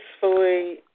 peacefully